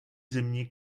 zimní